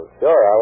sure